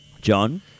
John